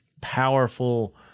powerful